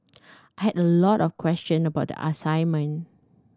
I had a lot of question about the assignment